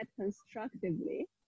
constructively